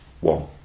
One